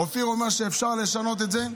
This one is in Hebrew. אופיר אומר שאפשר לשנות את זה.